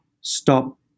stop